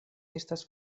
estas